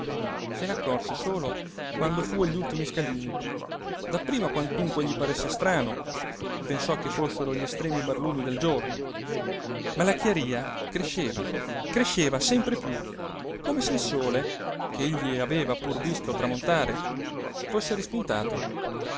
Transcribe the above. se ne accorse solo quando fu agli ultimi scalini dapprima quantunque gli paresse strano pensò che fossero gli estremi barlumi del giorno ma la chiaría cresceva cresceva sempre piú come se il sole che egli aveva pur visto tramontare fosse rispuntato